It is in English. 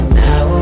now